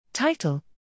Title